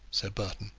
said burton,